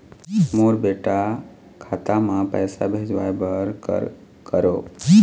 मोर बेटा खाता मा पैसा भेजवाए बर कर करों?